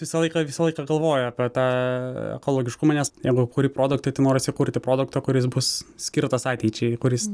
visą laiką visą laiką galvoji apie tą ekologiškumą nes jeigu kuri produktą tai norisi kurti produktą kuris bus skirtas ateičiai kuris